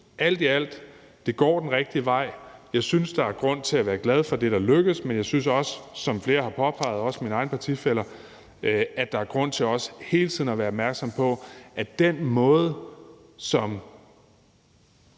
alt i alt, at det går den rigtige vej. Jeg synes, at der er grund til at være glad for der, der lykkes. Men jeg synes også, som flere har påpeget, også mine egne partifæller, at der er grund til hele tiden at være opmærksom på den måde, som